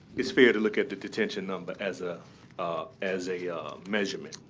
it's fair to look at the detention number as ah as a measurement,